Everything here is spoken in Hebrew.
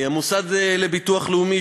המוסד לביטוח לאומי,